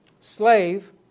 slave